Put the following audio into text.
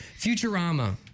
Futurama